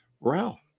Ralph